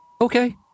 Okay